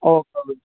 ഓ മതി